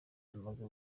tumaze